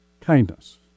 kindness